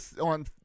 on